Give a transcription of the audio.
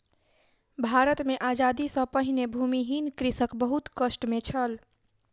भारत मे आजादी सॅ पहिने भूमिहीन कृषक बहुत कष्ट मे छल